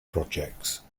projects